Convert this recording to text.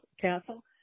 castle